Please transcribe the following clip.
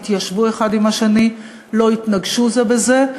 יתיישבו האחד עם השני ולא יתנגשו זה בזה,